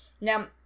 Now